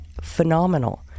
phenomenal